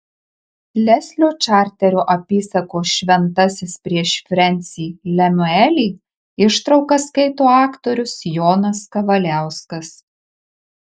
leslio čarterio apysakos šventasis prieš frensį lemiuelį ištraukas skaito aktorius jonas kavaliauskas